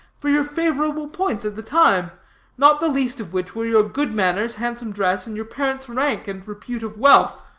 for your favorable points at the time not the least of which were your good manners, handsome dress, and your parents' rank and repute of wealth.